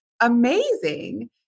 amazing